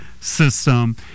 System